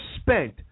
spent